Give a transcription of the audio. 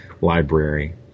library